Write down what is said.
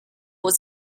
was